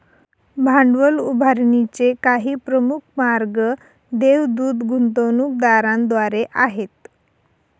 भांडवल उभारणीचे काही प्रमुख मार्ग देवदूत गुंतवणूकदारांद्वारे आहेत